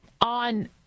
on